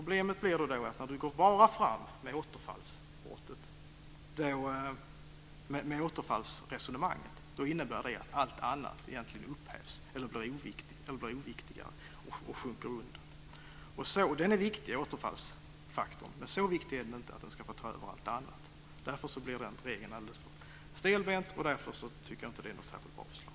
Om man bara går fram med återfallsresonemanget är problemet att allt annat blir oviktigare och sjunker undan. Återfallsfaktorn är viktig, men så viktig att den ska få ta över allt annat är den inte. Därför blir den regeln alldeles för stelbent, och därför tycker jag inte att det är något särskilt bra förslag.